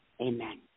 amen